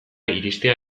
iristea